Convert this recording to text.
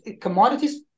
commodities